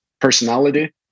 personality